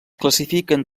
classifiquen